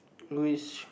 which